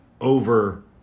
over